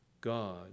God